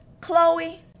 Chloe